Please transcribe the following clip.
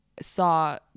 saw